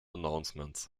announcements